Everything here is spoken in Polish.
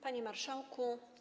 Panie Marszałku!